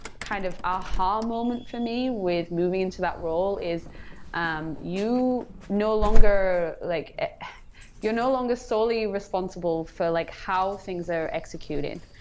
kind of aha moment for me with moving into that role is um you no longer like you're no longer solely responsible for like how things are executed,